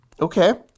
Okay